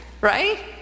right